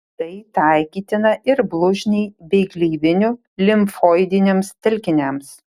tai taikytina ir blužniai bei gleivinių limfoidiniams telkiniams